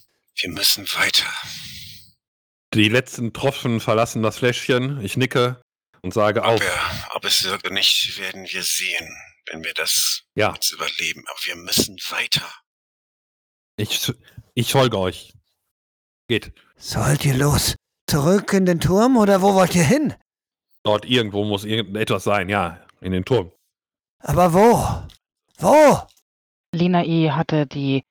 Wir müssen weiter. Die letzten Tropfen verlassen das Fläschchen. Ich nicke und sage, Ob "Auf." wir- ob es wirkt oder nicht, werden wir sehen, wenn wir das Ja. jetzt überleben. Aber wir müssen weiter. Ich s- ich folge euch. Geht. Sollt ihr los? Zurück in den Turm oder wo wollt ihr hin? Dort irgendwo muss irgendetwas sein, ja, in den Turm. Aber wo? Wo? Lina E. hatte die